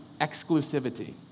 exclusivity